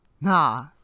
Nah